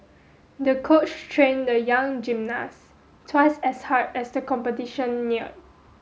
the coach trained the young gymnast twice as hard as the competition neared